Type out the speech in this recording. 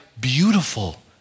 beautiful